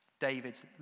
David's